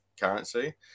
currency